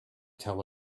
tell